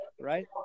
right